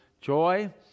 joy